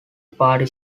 party